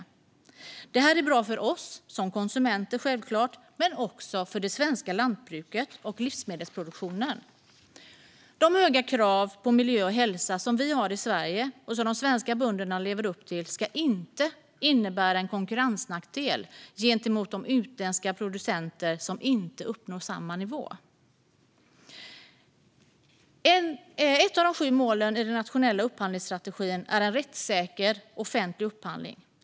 Detta är självklart bra för oss som konsumenter, men det är också bra för det svenska lantbruket och den svenska livsmedelsproduktionen. De höga krav på miljö och hälsa som vi har i Sverige och som de svenska bönderna lever upp till ska inte innebära en konkurrensnackdel gentemot de utländska producenter som inte uppnår samma nivå. Ett av de sju målen i den nationella upphandlingsstrategin är en rättssäker offentlig upphandling.